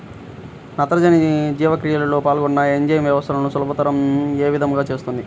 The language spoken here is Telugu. నత్రజని జీవక్రియలో పాల్గొనే ఎంజైమ్ వ్యవస్థలను సులభతరం ఏ విధముగా చేస్తుంది?